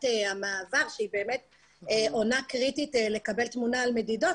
המעבר שהיא באמת עונה קריטית לקבל תמונה על מדידות,